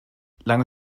lange